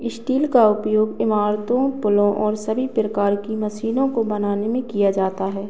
steel का उपयोग इमारतों पुलों और सभी प्रकार की मशीनों को बनाने में किया जाता है